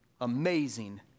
amazing